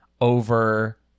over